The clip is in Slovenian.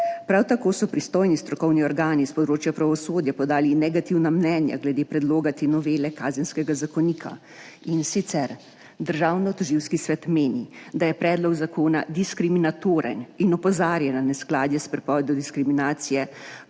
Prav tako so pristojni strokovni organi s področja pravosodja podali negativna mnenja glede predloga te novele Kazenskega zakonika, in sicer, Državnotožilski svet meni, da je predlog zakona diskriminatoren in opozarja na neskladje s prepovedjo diskriminacije